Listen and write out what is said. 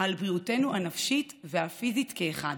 על בריאותנו הנפשית והפיזית כאחד.